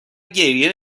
گریه